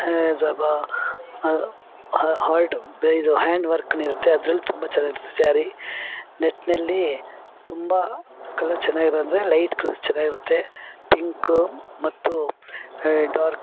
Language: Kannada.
ಸ್ವಲ್ಪ ಹಾರ್ಡ್ ಬೆ ಇದು ಹ್ಯಾಂಡ್ ವರ್ಕ್ನು ಇರುತ್ತೆ ಅದ್ರಲ್ಲಿ ತುಂಬ ಚೆನ್ನಾಗಿರುತ್ತೆ ಸ್ಯಾರಿ ನೆಟ್ನಲ್ಲಿ ತುಂಬ ಕಲರ್ ಚೆನ್ನಾಗಿರೋದೆಂದ್ರೆ ಲೈಟ್ ಕಲರ್ಸ್ ಚೆನ್ನಾಗಿರುತ್ತೆ ಪಿಂಕ ಮತ್ತು ಡಾರ್ಕ್